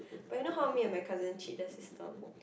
but you know how me and my cousin cheat the system